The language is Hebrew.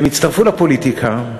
הם הצטרפו לפוליטיקה,